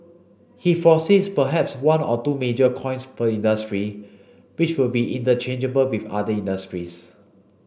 he foresees perhaps one or two major coins per industry which will be interchangeable with other industries